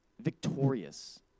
victorious